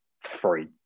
free